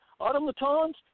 automatons